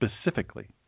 specifically